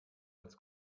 als